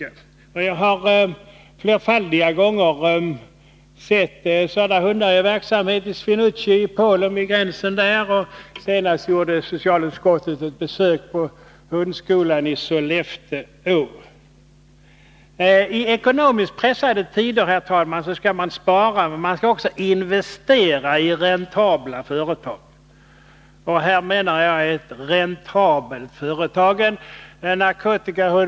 Jag Nr 132 har flerfaldiga gånger sett sådana hundar i verksamhet vid gränsen i Swinoujscie i Polen, och socialutskottet har gjort ett besök vid hundskolan i Sollefteå. I ekonomiskt pressade tider skall man spara, herr talman, men man skall också investera i räntabla företag. Jag menar att verksamheten med narkotikahundar är någonting räntabelt.